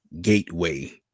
gateway